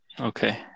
Okay